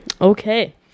Okay